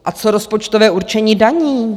A co rozpočtové určení daní?